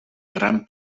gran